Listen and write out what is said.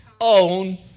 own